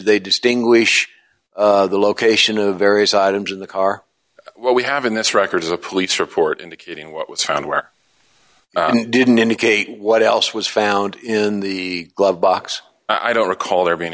they distinguish the location of various items in the car what we have in this record is a police report indicating what was found where it didn't indicate what else was found in the glove box i don't recall there being